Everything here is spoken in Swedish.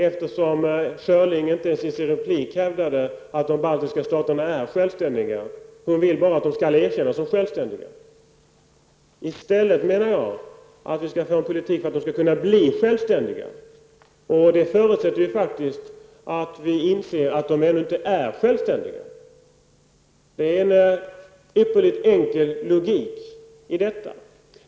Inger Schörling hävdade inte ens i sin replik att de baltiska staterna är självständiga. Hon vill bara att de skall erkännas som självständiga. I stället menar jag att vi skall föra en sådan politik att de skall kunna bli självständiga. Det förutsätter faktiskt att vi inser att de ännu inte är självständiga. Det är en ypperligt enkel logik i detta.